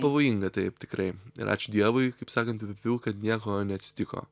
pavojinga taip tikrai ir ačiū dievui kaip sakant kad nieko neatsitiko